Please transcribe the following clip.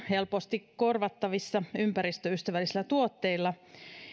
helposti korvattavissa ympäristöystävällisillä tuotteilla